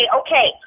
okay